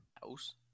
House